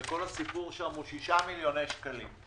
וכל הסיפור שם הוא 6 מיליוני שקלים.